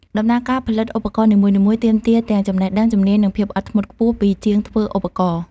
ដំណើរការផលិតឧបករណ៍នីមួយៗ ទាមទារទាំងចំណេះដឹង ជំនាញ និងភាពអត់ធ្មត់ខ្ពស់ពីជាងធ្វើឧបករណ៍។